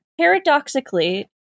Paradoxically